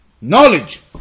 knowledge